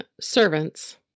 servants